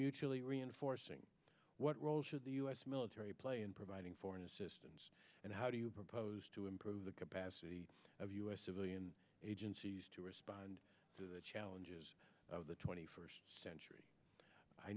mutually reinforcing what role should the u s military play in providing foreign assistance and how do you propose to improve the capacity of u s civilian agencies to respond to the challenges of the twenty first century i